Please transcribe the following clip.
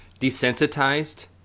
desensitized